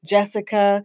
Jessica